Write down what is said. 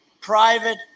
private